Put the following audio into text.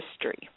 history